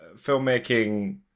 filmmaking